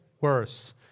worse